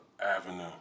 avenue